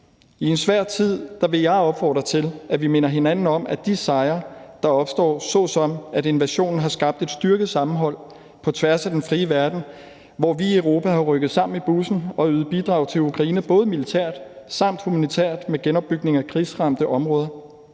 I en svær tid vil jeg opfordre til, at vi minder hinanden om de sejre, der opnås, såsom at invasionen har skabt et styrket sammenholdpå tværs af den frie verden, hvor vi i Europa er rykket sammen i bussen og har ydet bidrag til Ukraine både militært og humanitært med genopbygningen af krigsramte områder.